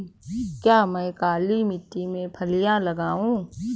क्या मैं काली मिट्टी में फलियां लगाऊँ?